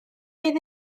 oedd